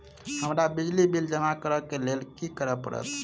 हमरा बिजली बिल जमा करऽ केँ लेल की करऽ पड़त?